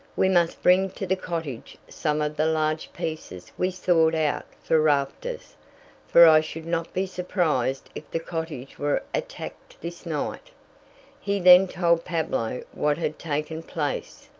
we must bring to the cottage some of the large pieces we sawed out for rafters for i should not be surprised if the cottage were attacked this night. he then told pablo what had taken place.